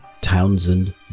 Townsend